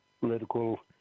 political